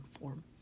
form